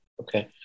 Okay